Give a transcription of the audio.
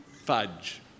fudge